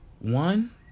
One